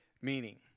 meaning